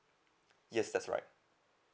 yes that's right